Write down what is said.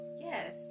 Yes